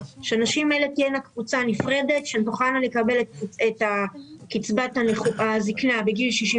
שהנשים האלה תהוונה קבוצה נפרדת כך שתוכלנה לקבל את קצבת הזקנה בגיל 62